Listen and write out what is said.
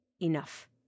enough